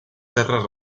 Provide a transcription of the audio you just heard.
terres